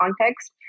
context